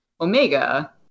Omega